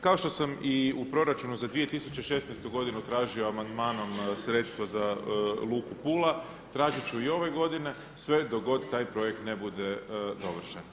Kao što sam i u proračunu za 2016. godinu tražio amandmanom sredstva za Luku Pula, tražit ću i ove godine, sve dok god taj projekt ne bude dovršen.